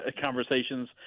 conversations